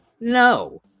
No